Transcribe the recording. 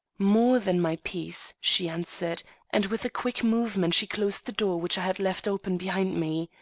more than my peace, she answered and with a quick movement she closed the door which i had left open behind me.